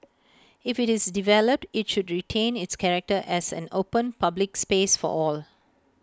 if IT is developed IT should retain its character as an open public space for all